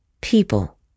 people